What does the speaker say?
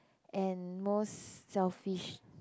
and most selfish